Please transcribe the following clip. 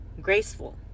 graceful